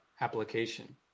application